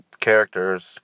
characters